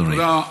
בבקשה, אדוני.